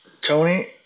tony